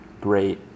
great